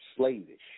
Slavish